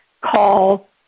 call